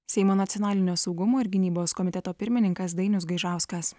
seimo nacionalinio saugumo ir gynybos komiteto pirmininkas dainius gaižauskas